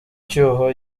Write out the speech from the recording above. cyuho